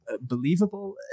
believable